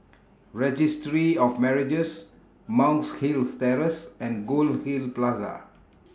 Registry of Marriages Monk's Hill Terrace and Goldhill Plaza